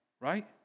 right